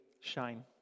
shine